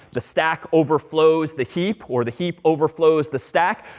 the stack overflows the heap. or the heap overflows the stack.